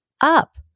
up